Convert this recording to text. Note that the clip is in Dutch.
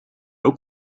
ook